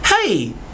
hey